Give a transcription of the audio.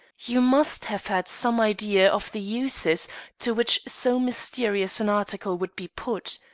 you must have had some idea of the uses to which so mysterious an article would be put.